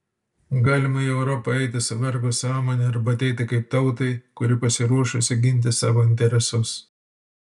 galima į europą eiti su vergo sąmone arba ateiti kaip tautai kuri pasiruošusi ginti savo interesus